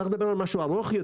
צריך לדבר על משהו ארוך,